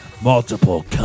multiple